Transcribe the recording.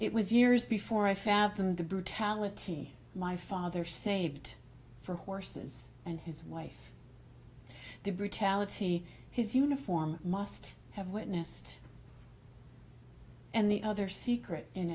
it was years before i fathom the brutality my father saved for horses and his wife the brutality his uniform must have witnessed and the other secret